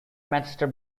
manchester